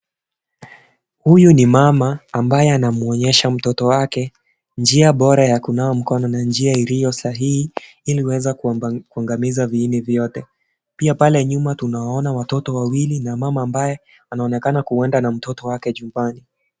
Huyu ni mama ambaye anamwonyesha mtoto wake njia bora ya kunawa mkono na njia iliyo sahihi ili kuweza kuangamiza viini vyote, pia pale nyuma tunawaona watoto wawili na mama ambaye anaonekana kuenda na mtoto wake nyumbani.